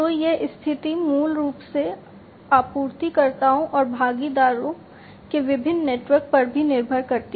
तो यह स्थिति मूल रूप से आपूर्तिकर्ताओं और भागीदारों के विभिन्न नेटवर्क पर भी निर्भर करती है